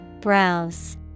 Browse